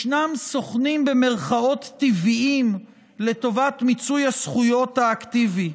ישנם סוכנים "טבעיים" לטובת מיצוי הזכויות האקטיבי.